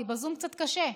כי בזום קצת קשה.